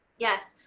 yes,